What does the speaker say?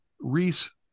reese